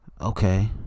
Okay